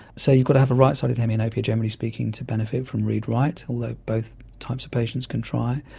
so you've got to have a right-sided hemianopia, generally speaking, to benefit from read-right, although both types of patients can try,